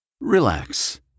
Relax